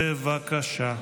בבקשה.